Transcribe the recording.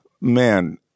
man